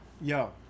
Yo